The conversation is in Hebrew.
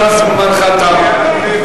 גם זמנך תם.